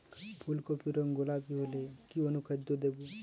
ফুল কপির রং গোলাপী হলে কি অনুখাদ্য দেবো?